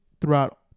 throughout